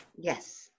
Yes